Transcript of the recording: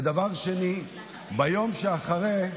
ודבר שני, ביום שאחרי,